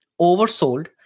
oversold